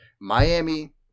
Miami